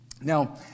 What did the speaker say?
Now